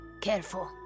Careful